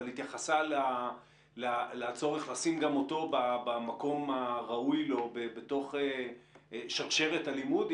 אבל התייחסה לצורך לשים גם אותו במקום הראוי לו בתוך שרשרת הלימוד,